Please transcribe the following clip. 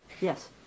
Yes